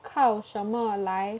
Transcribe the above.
靠什么来